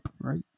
right